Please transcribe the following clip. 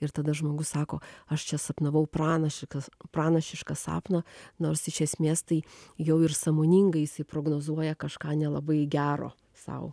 ir tada žmogus sako aš čia sapnavau pranašišką pranašišką sapną nors iš esmės tai jau ir sąmoningai jisai prognozuoja kažką nelabai gero sau